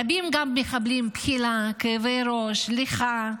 רבים גם מקבלים בחילה, כאבי ראש, ליחה,